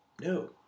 no